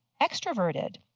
extroverted